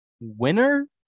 winner